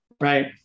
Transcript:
Right